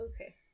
okay